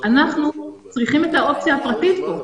אנחנו צריכים את האופציה הפרטית פה.